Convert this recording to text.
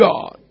God